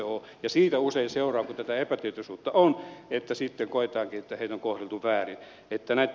ja siitä usein seuraa kun tätä epätietoisuutta on että sitten koetaankin että heitä on kohdeltu väärin